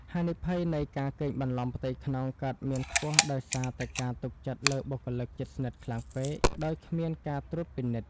ហានិភ័យនៃ "ការកេងបន្លំផ្ទៃក្នុង" កើតមានខ្ពស់ដោយសារតែការទុកចិត្តលើបុគ្គលិកជិតស្និទ្ធខ្លាំងពេក ដោយគ្មានការត្រួតពិនិត្យ។